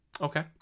Okay